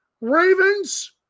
Ravens